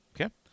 Okay